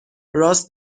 راست